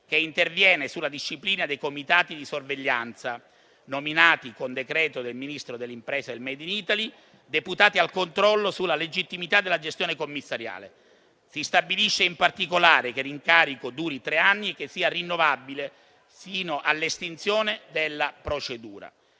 che interviene sulla disciplina dei comitati di sorveglianza, nominati con decreto del Ministro delle imprese e del *made in Italy*, deputati al controllo sulla legittimità della gestione commissariale. Si stabilisce in particolare che l'incarico duri tre anni e che sia rinnovabile sino all'estinzione della procedura.